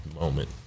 moment